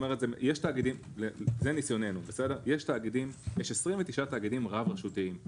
מניסיוננו, יש 29 תאגידים רב-רשותיים.